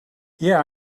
yeah